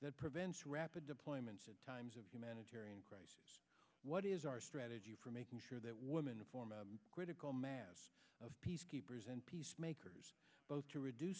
that prevents rapid deployment times of humanitarian crisis what is our strategy for making sure that woman form a critical mass of peacekeepers and peacemakers both to reduce